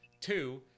Two